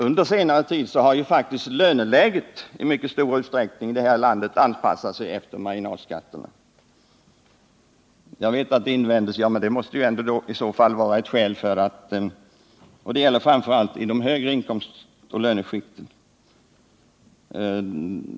Under senare tid har faktiskt löneläget här i landet i rätt hög grad anpassats efter marginalskatterna. Det gäller framför allt i de högre inkomstskikten.